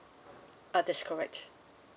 uh that's correct